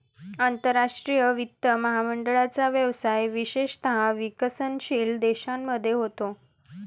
आंतरराष्ट्रीय वित्त महामंडळाचा व्यवसाय विशेषतः विकसनशील देशांमध्ये होतो